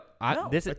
No